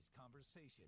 conversation